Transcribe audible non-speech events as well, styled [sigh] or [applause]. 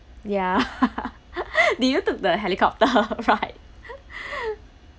ya [laughs] do you took the helicopter ride [laughs]